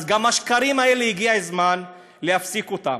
אז גם השקרים האלה, הגיע הזמן להפסיק אותם.